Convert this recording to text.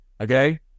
okay